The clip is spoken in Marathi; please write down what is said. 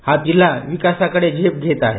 हा जिल्हा विकासाकडे झेप घेत आहे